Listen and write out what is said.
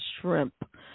shrimp